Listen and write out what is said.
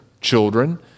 children